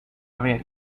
ver